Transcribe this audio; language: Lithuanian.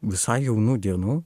visai jaunų dienų